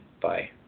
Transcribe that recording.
Bye